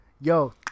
yo